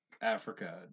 Africa